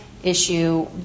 Issue